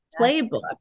playbook